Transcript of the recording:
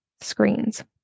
screens